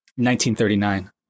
1939